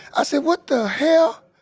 i said, what the hell?